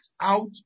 out